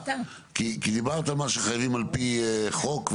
כי דיברת על מה שחייבים על פי חוק,